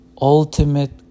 ultimate